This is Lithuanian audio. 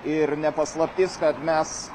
ir ne paslaptis kad mes